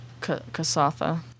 Kasatha